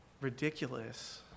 ridiculous